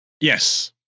Yes